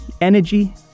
energy